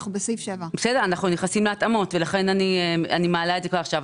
אנחנו בסעיף 7. אנחנו נכנסים להתאמות ולכן אני מעלה את זה כבר עכשיו.